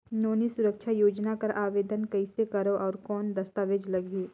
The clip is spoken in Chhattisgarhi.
नोनी सुरक्षा योजना कर आवेदन कइसे करो? और कौन दस्तावेज लगही?